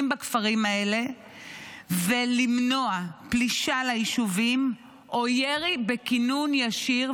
בכפרים האלה ולמנוע פלישה ליישובים או ירי בכינון ישיר.